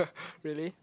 really